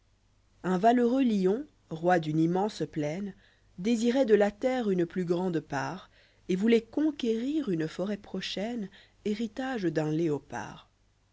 uh valeureux lion roi d'une immense plaine désirait de la terre une plus grande part et vouloit conquérir rine forêt prochaine héritage d'un léopard